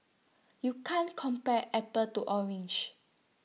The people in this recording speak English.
you can't compare apples to oranges